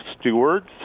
stewards